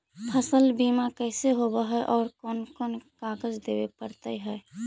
फसल बिमा कैसे होब है और कोन कोन कागज देबे पड़तै है?